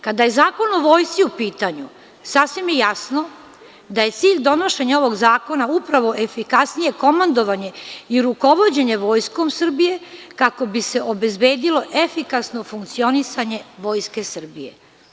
Kada je Zakon o vojsci u pitanju, sasvim je jasno da je cilj donošenja ovog zakona upravo efikasnije komandovanje i rukovođenje Vojskom Srbije kako bi se obezbedilo efikasno funkcionisanje Vojske Srbije.